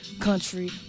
country